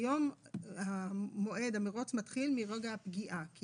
כיום המרוץ מתחיל מרגע הפגיעה, כי